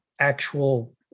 actual